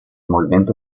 movimento